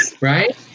right